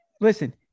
listen